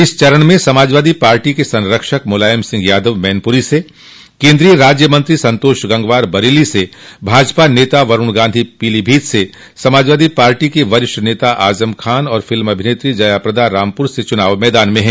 इस चरण में सपा संरक्षक मुलायम सिंह यादव मैनपुरी से केन्द्रीय राज्य मंत्री संतोष गंगवार बरेली से भाजपा नेता वरूण गांधी पीलीभीत से सपा के वरिष्ठ नेता आजम खान और फिल्म अभिनेत्री जया प्रदा रामपुर से चुनाव मैदान में हैं